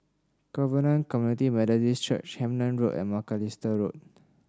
Covenant Community Methodist Church Hemmant Road and Macalister Road